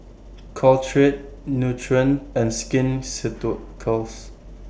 Caltrate Nutren and Skin Ceuticals